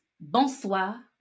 bonsoir